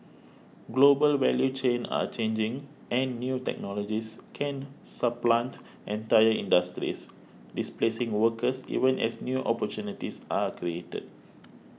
global value chains are changing and new technologies can supplant entire industries displacing workers even as new opportunities are created